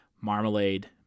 marmalade